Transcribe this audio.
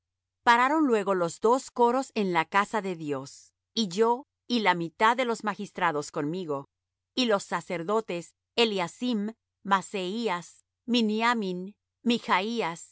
pararon luego los dos coros en la casa de dios y yo y la mitad de los magistrados conmigo y los sacerdotes eliacim maaseías